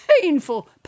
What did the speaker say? painful